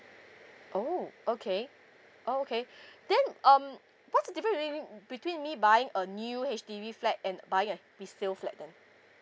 oh okay oh okay then um what's the difference between me buying a new H_D_B flat and buying a resale flat then